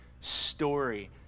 story